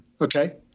Okay